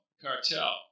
Cartel